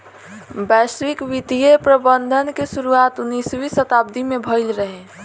वैश्विक वित्तीय प्रबंधन के शुरुआत उन्नीसवीं शताब्दी में भईल रहे